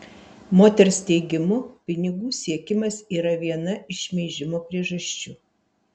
moters teigimu pinigų siekimas yra viena iš šmeižimo priežasčių